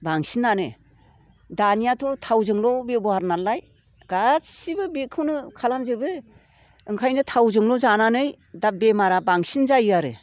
बांसिनानो दानियाथ' थावजोंल' बेब'हार नालाय गासैबो बेखौनो खालामजोबो ओंखायनो थावजोंल' जानानै दा बेमारा बांसिन जायो आरो